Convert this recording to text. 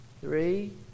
three